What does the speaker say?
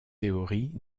théories